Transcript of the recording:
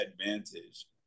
advantage